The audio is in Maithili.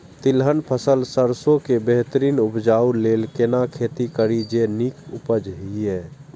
तिलहन फसल सरसों के बेहतरीन उपजाऊ लेल केना खेती करी जे नीक उपज हिय?